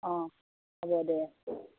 অঁ হ'ব দেই